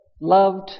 loved